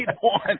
one